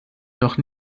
noch